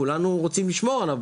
כולנו רוצים לשמור עליו,